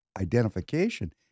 identification